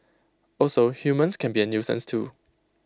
also humans can be A nuisance too